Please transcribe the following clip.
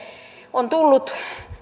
on tullut